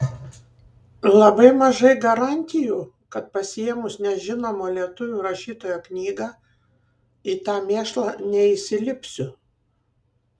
labai mažai garantijų kad pasiėmus nežinomo lietuvių rašytojo knygą į tą mėšlą neįsilipsiu